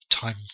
time